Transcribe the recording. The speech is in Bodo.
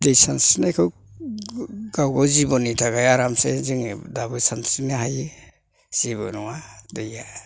दै सानस्रिनायखौ गावबा गाव जिबननि थाखाय आरामसे जोङो दाबो सानस्रिनो हायो जेबो नङा दैया